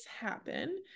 happen